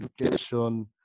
education